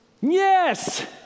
Yes